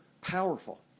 powerful